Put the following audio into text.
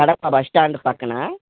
Kadapa bus stand పక్కన